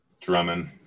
Drummond